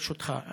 ברשותך,